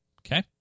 Okay